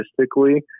logistically